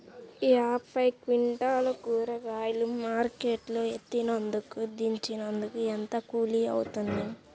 యాభై క్వింటాలు కూరగాయలు మార్కెట్ లో ఎత్తినందుకు, దించినందుకు ఏంత కూలి అవుతుంది?